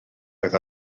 oedd